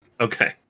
Okay